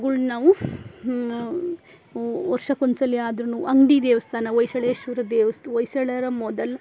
ಅವುಗಳನ್ನ ನಾವು ವರ್ಷಕ್ಕೊಂದು ಸಲವಾದ್ರೂ ಅಂಗಡಿ ದೇವಸ್ಥಾನ ಹೊಯ್ಸಳೇಶ್ವರ ದೇವಸ್ಥ ಹೊಯ್ಸಳರ ಮೊದಲ